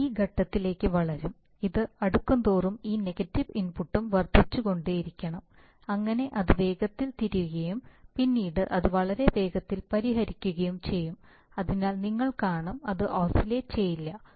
ഇത് ഈ ഘട്ടത്തിലേക്ക് വളരും ഇത് അടുക്കുന്തോറും ഈ നെഗറ്റീവ് ഇൻപുട്ടും വർദ്ധിച്ചുകൊണ്ടിരിക്കണം അങ്ങനെ അത് വേഗത്തിൽ തിരിയുകയും പിന്നീട് അത് വളരെ വേഗത്തിൽ പരിഹരിക്കുകയും ചെയ്യും അതിനാൽ നിങ്ങൾ കാണും അത് ഓസിലേറ്റ് ചെയ്യില്ല